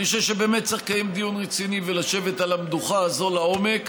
אני חושב שבאמת צריך לקיים דיון רציני ולשבת על המדוכה הזאת לעומק.